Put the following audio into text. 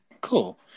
cool